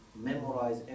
memorize